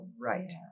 Right